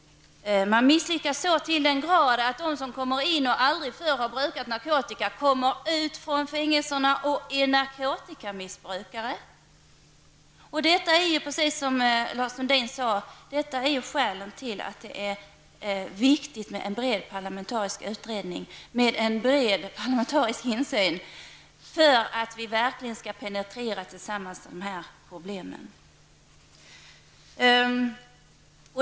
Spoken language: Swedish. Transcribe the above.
Man misslyckas så till den grad att de som kommer in och aldrig förr har brukat narkotika, kommer ut från fängelserna och är narkotikamissbrukare. Detta är, precis som Lars Sundin sade, skälen till att det är viktigt med en bred parlamentarisk utredning, med en bred parlamentarisk insyn, för att vi verkligen tillsammans skall penetrera de här problemen.